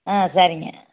ஆ சரிங்க